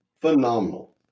phenomenal